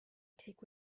take